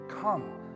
Come